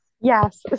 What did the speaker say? Yes